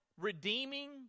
redeeming